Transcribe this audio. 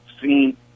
seen